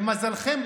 למזלכם,